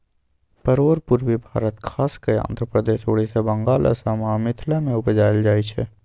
परोर पुर्वी भारत खास कय आंध्रप्रदेश, उड़ीसा, बंगाल, असम आ मिथिला मे उपजाएल जाइ छै